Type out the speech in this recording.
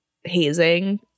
hazing